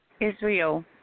Israel